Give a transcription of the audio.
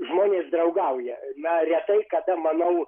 žmonės draugauja na retai kada manau